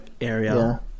area